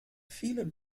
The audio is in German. vielen